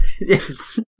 Yes